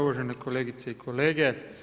Uvažene kolegice i kolege.